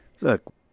Look